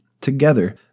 Together